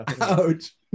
Ouch